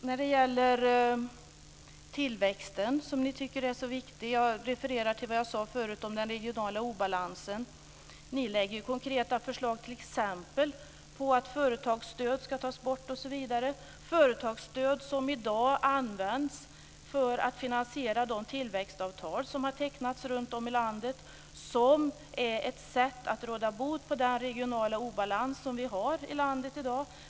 När det gäller tillväxten, som ni tycker är så viktig - jag refererar till vad jag sade förut om den regionala obalansen - lägger ni fram konkreta förslag, t.ex. om att företagsstöd ska tas bort osv. Företagsstöden används i dag för att finansiera de tillväxtavtal som har tecknats runtom i landet, och de är ett sätt att råda bot på den regionala obalans som vi har i landet i dag.